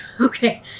okay